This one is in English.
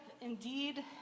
indeed